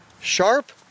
sharp